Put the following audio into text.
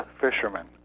fishermen